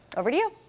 over to you.